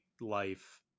life